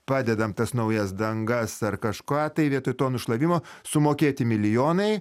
padedam tas naujas dangas ar kažką tai vietoj to nušlavimo sumokėti milijonai